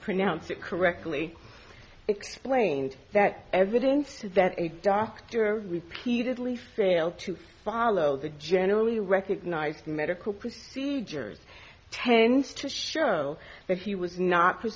pronounce it correctly explained that evidence that a doctor repeatedly failed to follow the generally recognized medical procedures tends to show that he was not